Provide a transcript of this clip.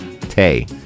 Tay